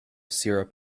syrup